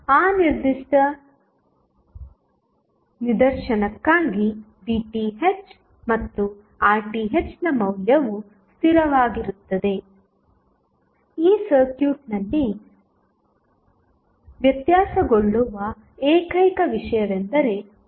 ಆದ್ದರಿಂದ ಆ ನಿರ್ದಿಷ್ಟ ನಿದರ್ಶನಕ್ಕಾಗಿ VTh ಮತ್ತು RTh ನ ಮೌಲ್ಯವು ಸ್ಥಿರವಾಗಿರುತ್ತದೆ ಈ ಸರ್ಕ್ಯೂಟ್ನಲ್ಲಿ ವ್ಯತ್ಯಾಸಗೊಳ್ಳುವ ಏಕೈಕ ವಿಷಯವೆಂದರೆ RL